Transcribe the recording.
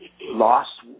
lost